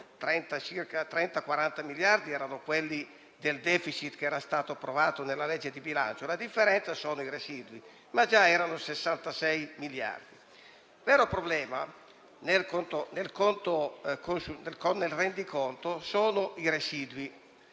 30-40 miliardi erano quelli del *deficit* che era stato approvato nella legge di bilancio, la differenza sono residui), ma già si trattava di 66 miliardi. Il vero problema, nel rendiconto, sono i residui.